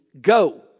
go